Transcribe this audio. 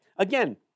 Again